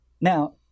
Now